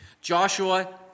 Joshua